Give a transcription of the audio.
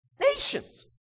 nations